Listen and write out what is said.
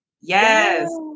Yes